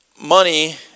money